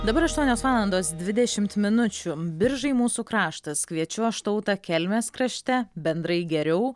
dabar aštuonios valandos dvidešim minučių biržai mūsų kraštas kviečiu aš tautą kelmės krašte bendrai geriau